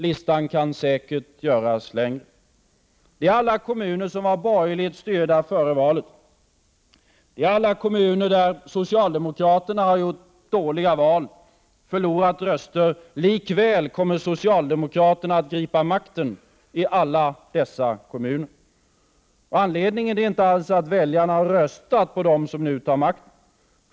Listan kan säkert göras längre. Alla dessa kommuner var borgerligt styrda före valet. Och i alla dessa kommuner gjorde socialdemokraterna ett dåligt val och förlorade röster. Likväl kommer socialdemokraterna att gripa makten i alla dessa kommuner. Anledningen är inte alls att väljarna har röstat på dem som nu tar makten.